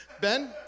Ben